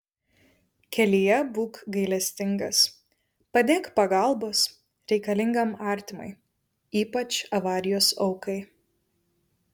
kelyje būk gailestingas padėk pagalbos reikalingam artimui ypač avarijos aukai